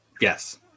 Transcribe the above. Yes